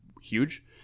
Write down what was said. huge